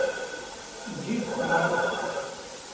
जिस समय